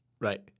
Right